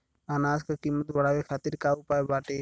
अनाज क कीमत बढ़ावे खातिर का उपाय बाटे?